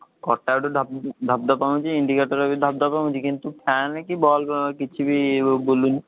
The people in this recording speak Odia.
କଟାଉଟ୍ ଧପ୍ ଧପ୍ ହଉଁଛି ଇଣ୍ଡିକେଟର୍ ବି ଧପ୍ ଧପ୍ ହଉଁଛି କିନ୍ତୁ ଫ୍ୟାନ୍ କି ବଲ୍ କିଛି ବି ବୁଲୁନି